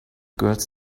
girls